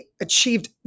achieved